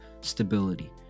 stability